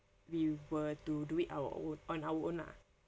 we were to do it our own on our own lah